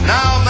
Now